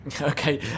okay